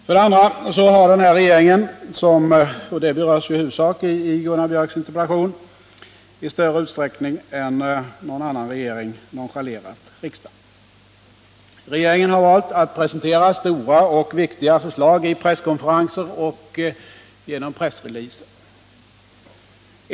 För det andra har den här regeringen — och det berörs ju i Gunnar Biörcks interpellation — i större utsträckning än någon annan regering nonchalerat riksdagen. Regeringen har valt att presentera stora och viktiga förslag vid presskonferenser och genom pressreleaser.